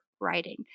writing